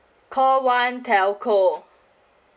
call one telco